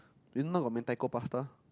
you know now got Mentaiko Pasta